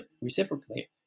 reciprocally